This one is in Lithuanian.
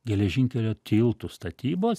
geležinkelio tiltų statybos